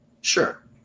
Sure